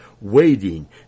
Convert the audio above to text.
waiting